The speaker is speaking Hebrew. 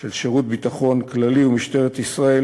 של שירות ביטחון כללי ומשטרת ישראל,